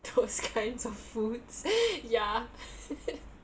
those kinds of foods ya